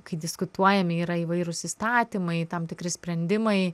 kai diskutuojame yra įvairūs įstatymai tam tikri sprendimai